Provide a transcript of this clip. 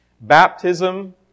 Baptism